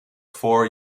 four